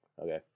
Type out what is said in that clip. okay